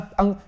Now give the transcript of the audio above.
ang